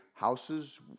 Houses